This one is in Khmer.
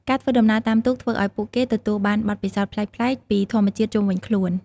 ការធ្វើដំណើរតាមទូកធ្វើឱ្យពួកគេទទួលបានបទពិសោធន៍ប្លែកៗពីធម្មជាតិជុំវិញខ្លួន។